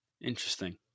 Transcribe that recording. Interesting